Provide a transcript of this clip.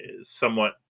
somewhat